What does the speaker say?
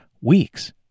weeks